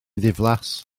ddiflas